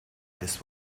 this